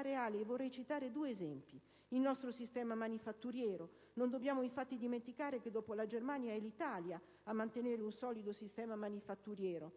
reali. Vorrei citare due esempi: uno è il nostro sistema manifatturiero. Non dobbiamo, infatti, dimenticare che dopo la Germania è l'Italia a mantenere un solido sistema manifatturiero,